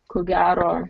ko gero